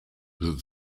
that